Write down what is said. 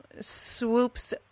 swoops